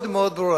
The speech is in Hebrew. מאוד מאוד ברורה: